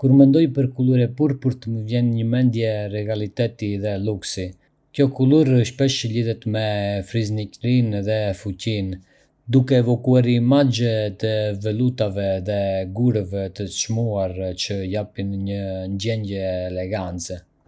Kur mendoj për kulur e purpurt, më vjen në mendje regaliteti dhe luksi. Kjo kulur shpesh lidhet me fisnikërinë dhe fuqinë, duke evokuar imazhe të vellutave dhe gurëve të çmuar që japin një ndjenjë elegancë.